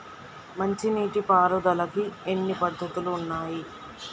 మంచి నీటి పారుదలకి ఎన్ని పద్దతులు ఉన్నాయి?